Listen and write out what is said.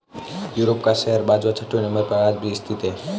Europe का share बाजार छठवें नम्बर पर आज भी स्थित है